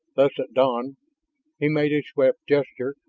thus at dawn he made a swift gesture,